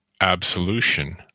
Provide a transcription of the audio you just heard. absolution